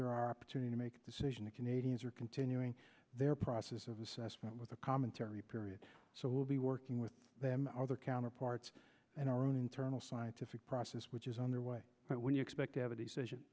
our opportunity to make decision the canadians are continuing their process of assessment with the commentary period so we'll be working with them are their counterparts and our own internal scientific process which is underway but when you expect to have a decision